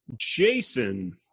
Jason